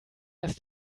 ist